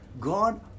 God